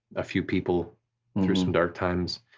a few people through some dark times.